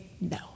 no